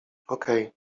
okej